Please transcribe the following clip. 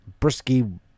brisky